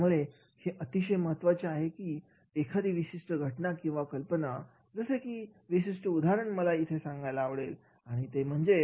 त्यामुळे हे अतिशय महत्त्वाचे आहे की एखाद्या विशिष्ट घटना किंवा कल्पना जसे की विशिष्ट उदाहरण मला इथे सांगायला आवडेल ते म्हणजे